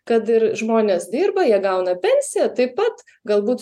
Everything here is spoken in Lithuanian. kad ir žmonės dirba jie gauna pensiją taip pat galbūt